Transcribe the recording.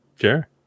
Sure